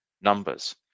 numbers